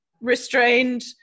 restrained